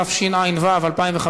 התשע"ו 2015,